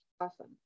Awesome